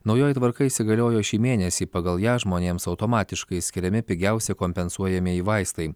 naujoji tvarka įsigaliojo šį mėnesį pagal ją žmonėms automatiškai skiriami pigiausi kompensuojamieji vaistai